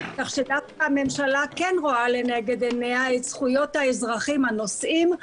ככה שדווקא הממשלה כן רואה לנגד עיניה את זכויות האזרחים הנוסעים,